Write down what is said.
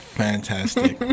fantastic